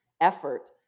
effort